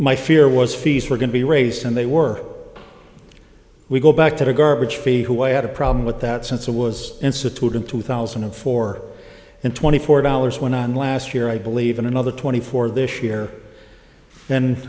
my fear was fees were going to be raised and they were we go back to the garbage fee who had a problem with that since it was instituted in two thousand and four and twenty four dollars went on last year i believe in another twenty four this year